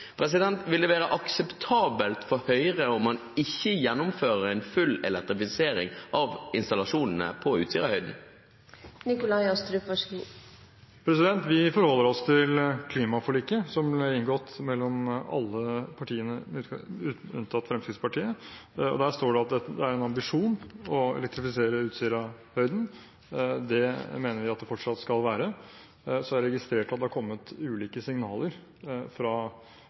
Vil det være akseptabelt for Høyre om man ikke gjennomfører en full elektrifisering av installasjonene på Utsirahøyden? Vi forholder oss til klimaforliket, som ble inngått mellom alle partiene, unntatt Fremskrittspartiet. Der står det at det er en ambisjon å elektrifisere Utsirahøyden. Det mener vi at det fortsatt skal være. Så har jeg registrert at det har kommet ulike signaler fra